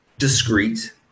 discreet